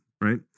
right